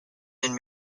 been